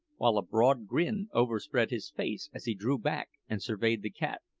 while a broad grin overspread his face as he drew back and surveyed the cat.